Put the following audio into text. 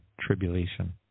tribulation